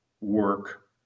work